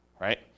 right